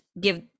give